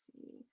see